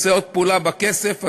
עושה עוד פעולה בכסף,